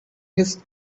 his